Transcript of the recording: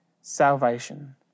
salvation